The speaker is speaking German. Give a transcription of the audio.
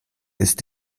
ist